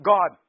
God